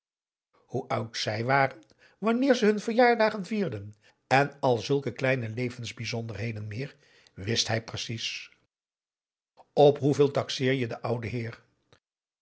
hoe oud zij waren wanneer ze hun verjaardagen vierden en al zulke kleine levensbijzonderheden meer wist hij precies op hoeveel taxeer je den ouden heer